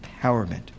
empowerment